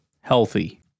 healthy